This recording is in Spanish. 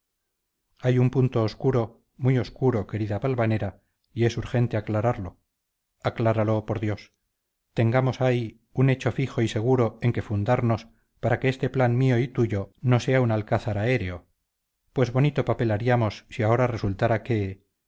hay un punto obscuro muy obscuro querida valvanera y es urgente aclararlo acláralo por dios tengamos ay un hecho fijo y seguro en que fundarnos para que este plan mío y tuyo no sea un alcázar aéreo pues bonito papel haríamos si ahora resultara que